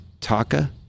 taka